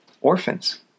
orphans